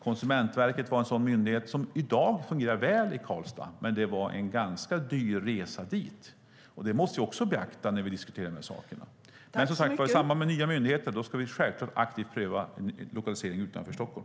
Konsumentverket var en sådan myndighet, som i dag fungerar väl i Karlstad, men det var en ganska dyr resa dit. Det måste vi också beakta när vi diskuterar dessa saker. Som sagt var ska vi i samband med att nya myndigheter bildas självklart aktivt pröva lokalisering utanför Stockholm.